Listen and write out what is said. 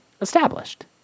established